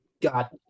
got